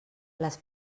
les